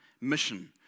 mission